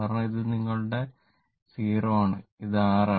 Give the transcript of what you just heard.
കാരണം ഇത് നിങ്ങളുടെ 0 ആണ് ഇത് R